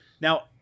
now